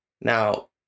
Now